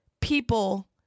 people